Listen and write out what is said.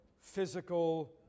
physical